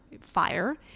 fire